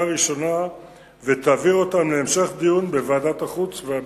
ראשונה ותעביר אותם להמשך דיון בוועדת החוץ והביטחון.